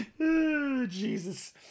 Jesus